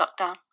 lockdown